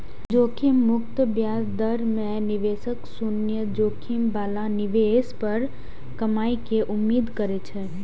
जोखिम मुक्त ब्याज दर मे निवेशक शून्य जोखिम बला निवेश पर कमाइ के उम्मीद करै छै